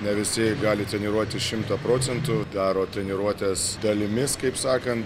ne visi gali treniruotis šimtą procentų daro treniruotes dalimis kaip sakant